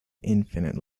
infinite